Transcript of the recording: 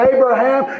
Abraham